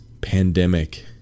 pandemic